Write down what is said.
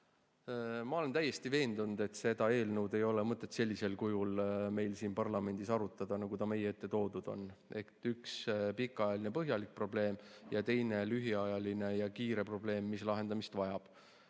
Ma olen täiesti veendunud, et seda eelnõu ei ole mõtet sellisel kujul meil siin parlamendis arutada, nagu ta meie ette toodud on, et on üks pikaajaline ja põhjalik probleem ja teine lühiajaline ja kiire probleem, mis lahendamist vajab.